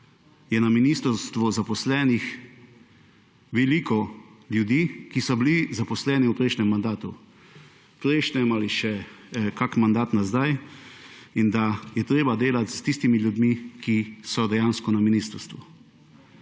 je na ministrstvu zaposlenih veliko ljudi, ki so bili zaposleni v prejšnjem mandatu ali še kakšen mandat nazaj in da je treba delati s tistimi ljudmi, ki so dejansko na ministrstvu.